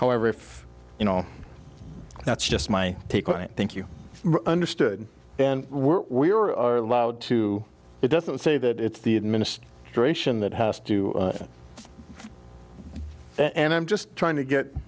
however if you know that's just my take on it think you understood then were we were allowed to it doesn't say that it's the administer duration that has to do that and i'm just trying to get